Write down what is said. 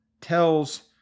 tells